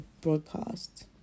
broadcast